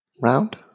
Round